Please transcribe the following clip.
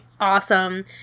awesome